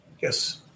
Yes